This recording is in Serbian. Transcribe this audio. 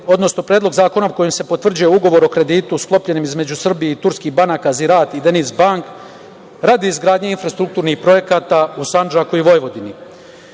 odnosno Predlog zakona kojim se potvrđuje ugovor o kreditu sklopljenim između Srbije i turskih banaka „Ziraat“ i „Denizbank“ radi izgradnje infrastrukturnih projekata u Sandžaku i u Vojvodini. Željno